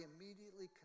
immediately